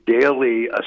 daily